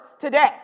today